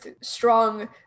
strong